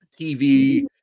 TV